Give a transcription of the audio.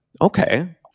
Okay